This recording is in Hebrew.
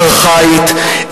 ארכאית,